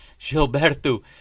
Gilberto